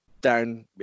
down